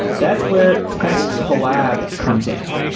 that's where test collab comes in.